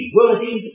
worthy